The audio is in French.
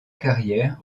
carrière